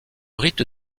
rite